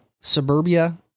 suburbia